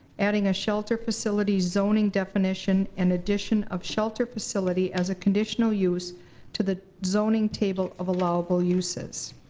adding a shelter facilities zoning definition, and addition of shelter facility as a conditional use to the zoning table of allowable uses.